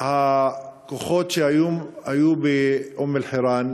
והכוחות שהיו באום-אלחיראן,